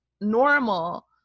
normal